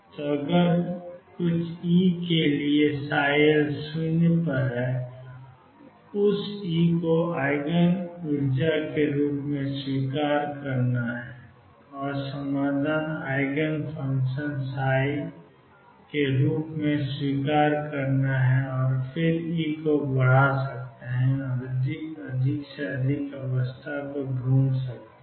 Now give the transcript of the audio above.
तो अगर कुछ ई के लिए L0 उस ई को ईजिन ऊर्जा के रूप में स्वीकार करता है और समाधान ईजेन फ़ंक्शन के रूप में स्वीकार करता है और फिर आप ई को बढ़ा सकते हैं और अधिक से अधिक अवस्था को ढूंढ सकते हैं